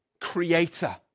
creator